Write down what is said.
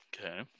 Okay